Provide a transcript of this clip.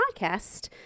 podcast